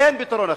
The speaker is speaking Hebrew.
אין פתרון אחר.